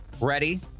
ready